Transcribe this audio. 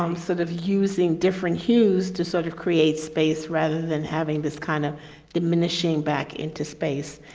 um sort of using different hues to sort of create space rather than having this kind of diminishing back into space.